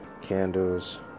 candles